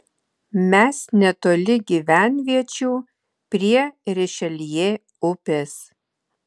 mes netoli gyvenviečių prie rišeljė upės